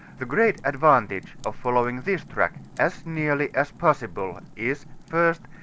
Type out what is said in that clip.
the great advantage of following this track as nearly as possible is, first,